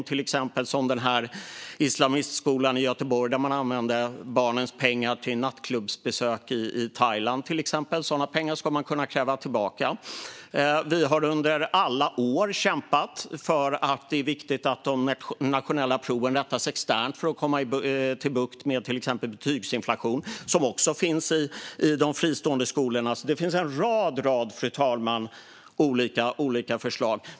Ett exempel är islamistskolan i Göteborg som använde barnens pengar till nattklubbsbesök i Thailand till exempel. Sådana pengar ska man kunna kräva tillbaka. Vi har under alla år kämpat för att de nationella proven ska rättas externt för att vi ska få bukt med till exempel betygsinflation, något som också finns i de fristående skolorna. Det finns alltså en rad olika förslag, fru talman.